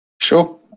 Sure